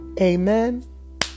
Amen